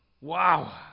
Wow